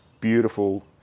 beautiful